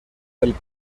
del